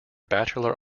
bachelor